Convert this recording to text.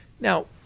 Now